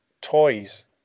toys